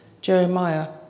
Jeremiah